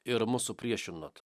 ir mus supriešinot